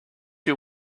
you